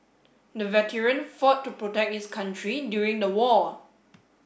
the veteran fought to protect his country during the war